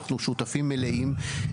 אנחנו שותפים מלאים.